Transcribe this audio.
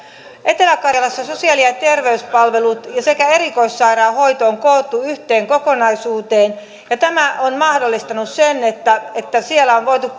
etelä karjalassa sosiaali ja terveyspalvelut sekä erikoissairaanhoito on koottu yhteen kokonaisuuteen ja tämä on mahdollistanut sen että että siellä on voitu